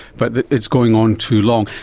but that it's going on too long.